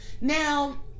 now